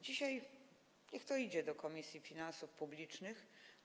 Dzisiaj niech to idzie do Komisji Finansów Publicznych.